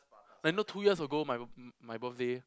like know two years ago my my birthday